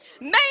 Man